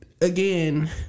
again